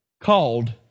called